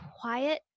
quiet